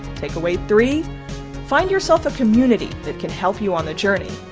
takeaway three find yourself a community that can help you on the journey.